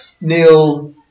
Neil